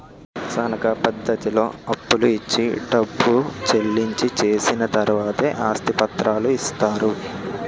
తనకా పద్ధతిలో అప్పులు ఇచ్చి డబ్బు చెల్లించి చేసిన తర్వాతే ఆస్తి పత్రాలు ఇస్తారు